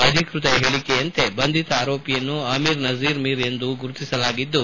ಅಧಿಕೃತ ಹೇಳಕೆಯಂತೆ ಬಂಧಿತ ಆರೋಪಿಯನ್ನು ಅಮೀರ್ ನಸೀರ್ ಮಿರ್ ಎಂದು ಗುರುತಿಸಲಾಗಿದ್ದು